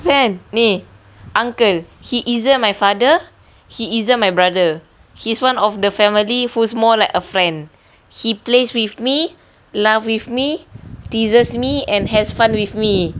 safian ni uncle he isn't my father he isn't my brother he's one of the family who's more like a friend he plays with me laugh with me teases me and has fun with me